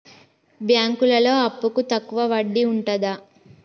బ్యాంకులలో అప్పుకు తక్కువ వడ్డీ ఉంటదా?